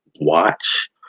watch